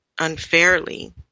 unfairly